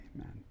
Amen